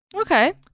Okay